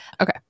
Okay